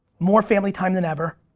more family time than ever,